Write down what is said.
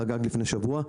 חגג לפני שבוע,